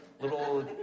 little